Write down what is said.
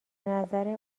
نظر